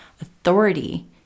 authority